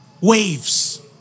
waves